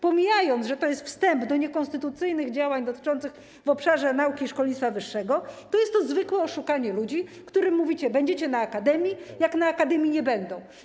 Pomijając, że to jest wstęp do niekonstytucyjnych działań dotyczących obszaru nauki i szkolnictwa wyższego, to jest to zwykłe oszukanie ludzi, którym mówicie: będziecie na akademii, podczas gdy na akademii nie będą.